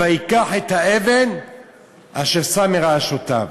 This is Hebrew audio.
"ויקח את האבן אשר שם מראשתיו".